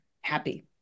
happy